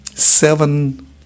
seven